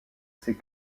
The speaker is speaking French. ses